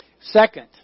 Second